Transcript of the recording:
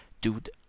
dude